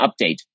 update